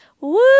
Woo